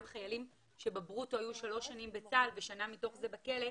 גם חיילים שבברוטו היו שלוש שנים בצה"ל ושנה מתוך זה בכלא,